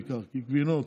בעיקר כי גבינות,